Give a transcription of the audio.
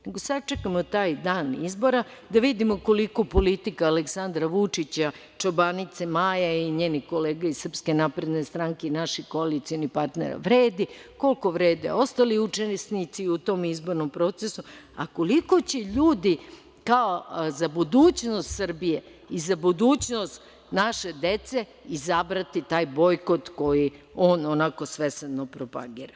Nego, sačekajmo taj dan izbora, da vidimo koliko politika Aleksandra Vučića, čobanice Maje i njenih kolega iz SNS, i naših koalicionih partnera vredi, koliko vrede ostali učesnici u tom izbornom procesu, a koliko će ljudi, kao za budućnost Srbije i za budućnost naše dece, izabrati taj bojkot koji on onako svesrdno propagira.